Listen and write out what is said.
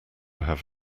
have